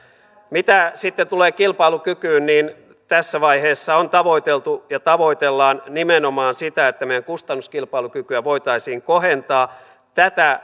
mitä sitten tulee kilpailukykyyn niin tässä vaiheessa on tavoiteltu ja tavoitellaan nimenomaan sitä että meidän kustannuskilpailukykyä voitaisiin kohentaa